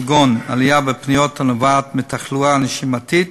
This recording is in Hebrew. כגון עלייה בפניות הנובעת מתחלואה נשימתית,